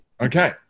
Okay